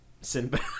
Sinbad